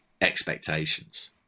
expectations